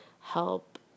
help